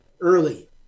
early